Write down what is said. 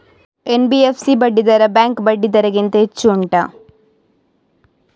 NBFC ಬಡ್ಡಿ ದರ bank ಬಡ್ಡಿ ದರ ಗಿಂತ ಹೆಚ್ಚು ಉಂಟಾ